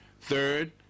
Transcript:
Third